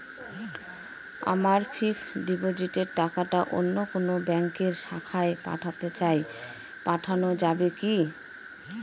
আমার ফিক্সট ডিপোজিটের টাকাটা অন্য কোন ব্যঙ্কের শাখায় পাঠাতে চাই পাঠানো যাবে কি?